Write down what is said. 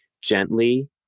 gently